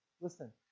Listen